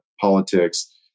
politics